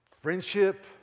friendship